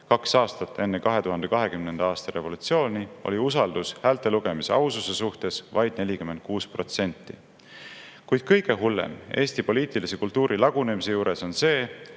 (kaks aastat enne 2020. aasta revolutsiooni) oli usaldus häältelugemise aususe suhtes vaid 46 protsenti. Kuid kõige hullem Eesti poliitilise kultuuri lagunemise juures on see,